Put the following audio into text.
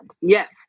Yes